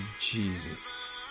Jesus